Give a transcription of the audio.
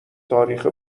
تاریخ